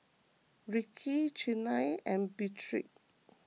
Rickey Chynna and Beatrix